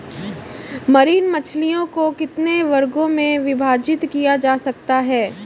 Marine मछलियों को कितने वर्गों में विभाजित किया जा सकता है?